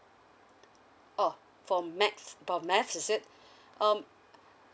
oh for maths for math is it um